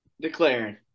declaring